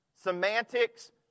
Semantics